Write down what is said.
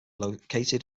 located